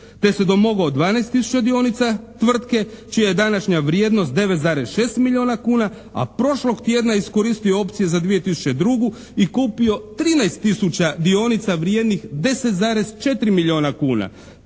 Te se domogao 12 tisuća dionica tvrtke čija je današnja vrijednost 9,6 milijuna kuna a prošlog tjedna iskoristio opcije za 2002. i kupio 13 tisuća dionica vrijednih 10,4 milijuna kuna.